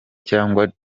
cyangwa